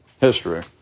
history